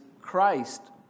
Christ